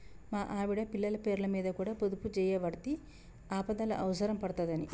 మా ఆవిడ, పిల్లల పేర్లమీద కూడ పొదుపుజేయవడ్తి, ఆపదల అవుసరం పడ్తదని